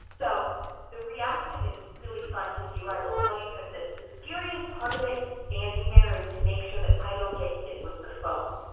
so the reaction is really fun to do. i will tell you that the scariest part of it standing there is to make sure that i don't get hit with the foam.